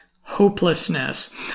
hopelessness